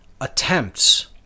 attempts